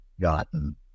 gotten